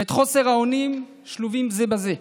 ואת חוסר האונים שלובים זה בזה.